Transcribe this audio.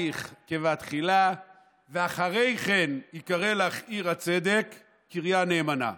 כבתחלה אחרי כן יִקרא לך עיר הצדק קריה נאמנה".